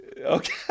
Okay